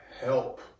help